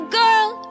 girl